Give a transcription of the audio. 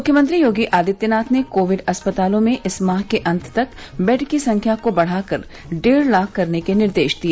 मुख्यमंत्री योगी आदित्यनाथ ने कोविड अस्पतालों में इस माह के अंत तक बेड की संख्या को बढ़ाकर डेढ़ लाख करने के निर्देश दिए